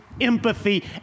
empathy